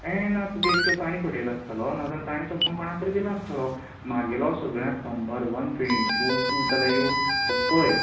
यें हें ना तुका एक तर ताणें फटयला आसतलो नाजाल्यार ताणें तो को कोणा तरी दिला आसतोलो मागेलो सगळ्यात नंबर वन फेणी तूं तूं जाल्या येवन पळय